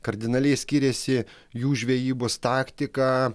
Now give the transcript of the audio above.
kardinaliai skyrėsi jų žvejybos taktika